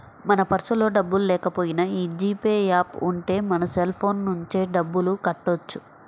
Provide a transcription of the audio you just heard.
మన పర్సులో డబ్బుల్లేకపోయినా యీ జీ పే యాప్ ఉంటే మన సెల్ ఫోన్ నుంచే డబ్బులు కట్టొచ్చు